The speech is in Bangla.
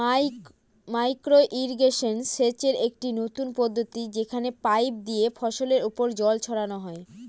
মাইক্র ইর্রিগেশন সেচের একটি নতুন পদ্ধতি যেখানে পাইপ দিয়ে ফসলের ওপর জল ছড়ানো হয়